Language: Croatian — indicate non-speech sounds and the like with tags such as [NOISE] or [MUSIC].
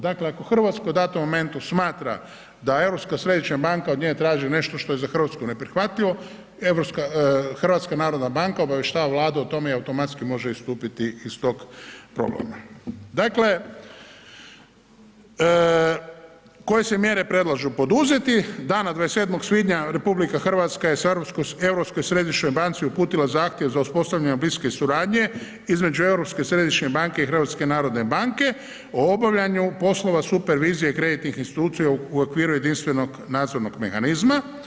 Dakle ako Hrvatska u datom momentu smatra da Europska središnja banka od nje traži nešto što je za Hrvatsku neprihvatljivo, HNB obavještava Vladu o tome i automatski može istupiti iz tog ... [UNINTELLIGIBLE] Dakle, koje se mjere predlažu, poduzeti, dana 27. svibnja RH je Europskoj središnjoj banci uputila zahtjev za uspostavljanjem bliske suradnje između Europske središnje banke i HNB-a o obavljanju poslova supervizije i kreditnih institucija u okviru jedinstvenog nadzornog mehanizma.